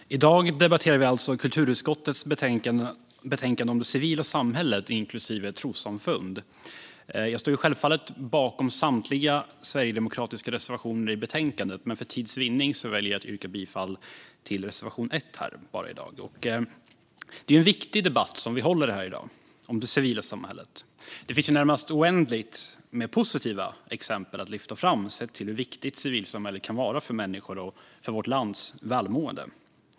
Fru talman! I dag debatterar vi alltså kulturutskottets betänkande om det civila samhället, inklusive trossamfund. Jag står självfallet bakom samtliga sverigedemokratiska reservationer i betänkandet, men för tids vinnande väljer jag att yrka bifall endast till reservation 1. Det är en viktig debatt som vi har här i dag om det civila samhället. Det finns närmast oändligt med positiva exempel att lyfta fram på hur viktigt civilsamhället kan vara för människor och för vårt lands välmående.